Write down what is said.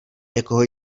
někoho